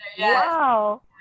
Wow